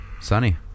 Sunny